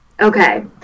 Okay